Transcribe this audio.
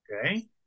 Okay